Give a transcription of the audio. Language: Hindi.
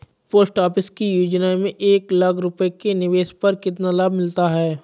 पोस्ट ऑफिस की योजना में एक लाख रूपए के निवेश पर कितना लाभ मिलता है?